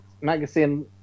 magazine